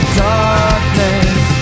darkness